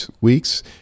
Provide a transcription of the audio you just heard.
weeks